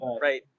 Right